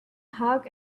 hog